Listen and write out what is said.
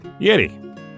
Yeti